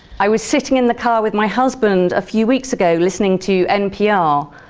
i was sitting in the car with my husband a few weeks ago listening to npr,